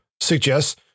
suggests